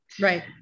right